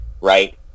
right